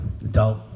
Adult